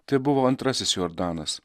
tai buvo antrasis jordanas